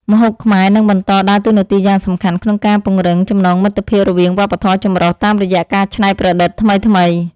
ម្ហូបខ្មែរនឹងបន្តដើរតួនាទីយ៉ាងសំខាន់ក្នុងការពង្រឹងចំណងមិត្តភាពរវាងវប្បធម៌ចម្រុះតាមរយៈការច្នៃប្រឌិតថ្មីៗ។